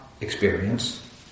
experience